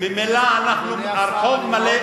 ממילא הרחוב מלא,